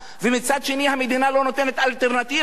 ומצד שני המדינה לא נותנת אלטרנטיבה.